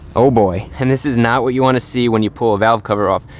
oh boy, and this is not what you want to see when you pull a valve cover off.